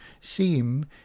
seem